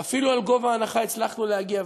ואפילו לגובה ההנחה הצלחנו להגיע.